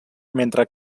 mentre